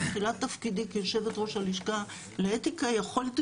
בתחילת תפקידי כיושבת-ראש הלשכה לאתיקה יכולתי